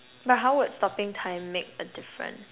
but how would stopping time make a difference